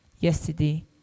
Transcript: yesterday